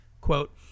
Quote